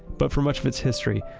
but for much of its history,